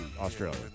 Australia